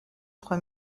trois